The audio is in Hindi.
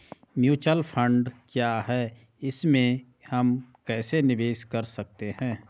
म्यूचुअल फण्ड क्या है इसमें हम कैसे निवेश कर सकते हैं?